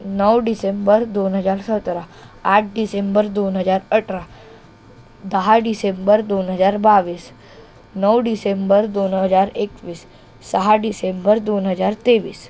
नऊ डिसेंबर दोन हजार सतरा आठ डिसेंबर दोन हजार अठरा दहा डिसेंबर दोन हजार बावीस नऊ डिसेंबर दोन हजार एकवीस सहा डिसेंबर दोन हजार तेवीस